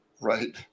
right